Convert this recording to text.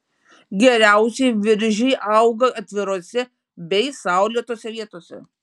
geriausiai viržiai auga atvirose bei saulėtose vietose